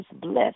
bless